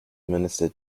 minister